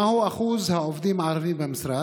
1. מהו אחוז העובדים הערבים במשרד?